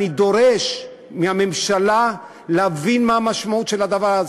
אני דורש מהממשלה להבין מה המשמעות של הדבר הזה.